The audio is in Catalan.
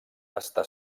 està